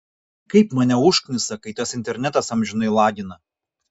kaip mane užknisa kai tas internetas amžinai lagina